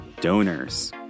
donors